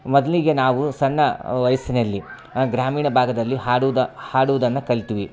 ಮೊದಲಿಗೆ ನಾವು ಸಣ್ಣ ವಯಸ್ಸಿನಲ್ಲಿ ಗ್ರಾಮೀಣ ಭಾಗದಲ್ಲಿ ಹಾಡೋದು ಹಾಡೋದನ್ನ ಕಲಿತ್ವಿ